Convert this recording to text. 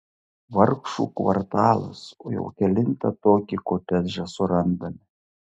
vargšų kvartalas o jau kelintą tokį kotedžą surandame